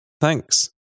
Thanks